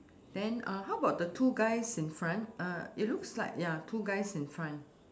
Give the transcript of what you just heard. then uh how about the two guys in front uh it looks like ya two guys in front